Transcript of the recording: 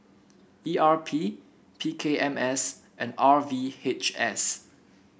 E R P P K M S and R V H S